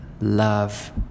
love